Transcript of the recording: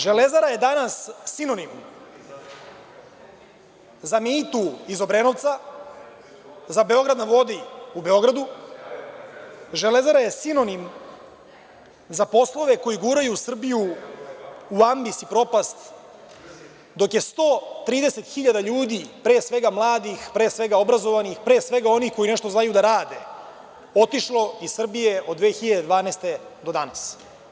Železara“ je danas sinonim za Mitu iz Obrenovca, za „Beograd na vodi“ u Beogradu, „Železara“ je sinonim za poslove koji guraju Srbiju u ambis i propast dok je 130.000 ljudi, pre svega mladih, pre svega obrazovanih, pre svega onih koji nešto znaju da rade, otišlo iz Srbije od 2012. godine do danas.